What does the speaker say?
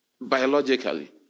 Biologically